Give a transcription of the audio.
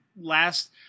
Last